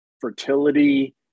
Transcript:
fertility